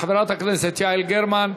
חברת הכנסת יעל גרמן,